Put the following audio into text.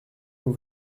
nous